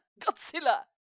Godzilla